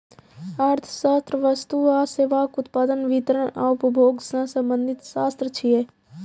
अर्थशास्त्र वस्तु आ सेवाक उत्पादन, वितरण आ उपभोग सं संबंधित शास्त्र छियै